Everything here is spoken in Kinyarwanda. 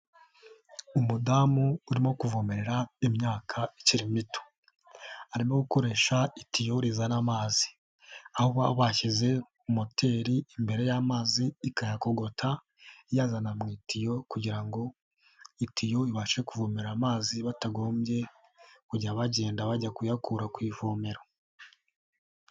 Umudamu urimo kuvomerera imyaka ikiri mito, arimo gukoresha itiyo rizana amazi aho baba bashyize moteri imbere y'amazi, ikayakogota iyazana mu itiyo, kugira ngo itiyo ibashe kuvomera amazi bitagombye kujya bagenda bajya kuyakura ku ivomera.